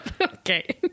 Okay